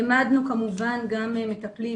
העמדנו כמובן גם מטפלים,